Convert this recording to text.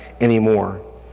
anymore